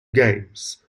games